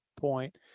point